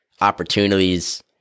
opportunities